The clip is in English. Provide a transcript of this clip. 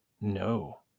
no